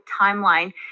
timeline